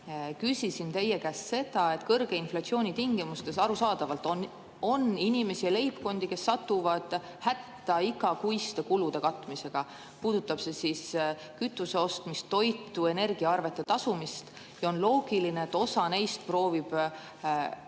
küsisin teie käest seda, et kõrge inflatsiooni tingimustes arusaadavalt on inimesi ja leibkondi, kes satuvad hätta igakuiste kulude katmisega – puudutab see kütuse ostmist, toitu või energiaarvete tasumist –, ja on loogiline, et osa neist proovib